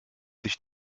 sich